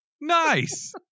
Nice